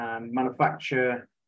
manufacture